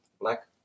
black